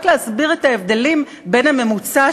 רק להסביר את ההבדלים בין הממוצע,